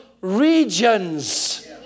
regions